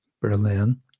Berlin